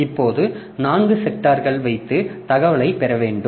இப்போது நான்கு செக்டார்கள் வைத்து தகவல்களைப் பெற வேண்டும்